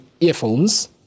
earphones